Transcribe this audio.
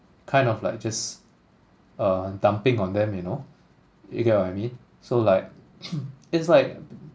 kind of like just uh dumping on them you know you get what I mean so like it's like